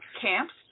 camps